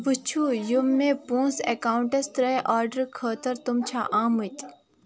وٕچھو یِم مےٚ پونٛسہٕ ایکاوُنٛٹَس ترٛٲے آرڈر خٲطرٕ تِم چھا آمٕتۍ